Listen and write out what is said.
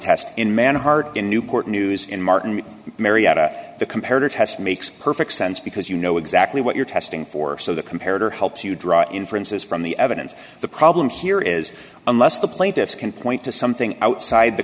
test in man hard in newport news in martin marietta the comparative test makes perfect sense because you know exactly what you're testing for so the compared or helps you draw inferences from the evidence the problem here is unless the plaintiffs can point to something outside the